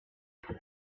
where